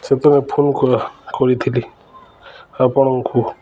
ସେଥିପାଇଁ ଫୋନ୍ କରିଥିଲି ଆପଣଙ୍କୁ